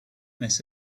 miss